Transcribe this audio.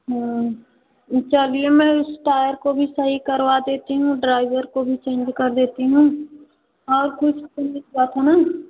हाँ चलिए मैं उस टायर को भी सही करवा देती हूँ ड्राइवर को भी चेंज कर देती हूँ और कुछ तो नहीं हुआ था ना